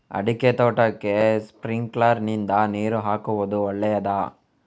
ಅಡಿಕೆ ತೋಟಕ್ಕೆ ಸ್ಪ್ರಿಂಕ್ಲರ್ ನಿಂದ ನೀರು ಹಾಕುವುದು ಒಳ್ಳೆಯದ?